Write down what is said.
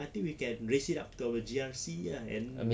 I think we can raise it up to our G_R_C ah and